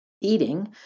eating